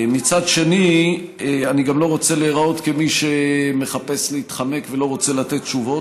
מצד שני אני גם לא רוצה להיראות כמי שמחפש להתחמק ולא רוצה לתת תשובות.